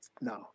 No